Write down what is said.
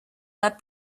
that